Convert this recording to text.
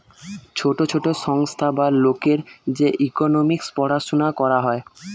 ছোট ছোট সংস্থা বা লোকের যে ইকোনোমিক্স পড়াশুনা করা হয়